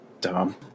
dumb